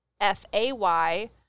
f-a-y